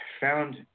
found